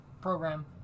program